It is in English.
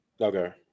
Okay